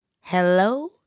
Hello